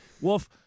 Wolf